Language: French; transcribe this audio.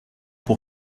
pour